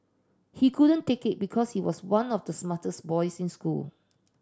he couldn't take it because he was one of the smartest boys in school